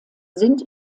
sind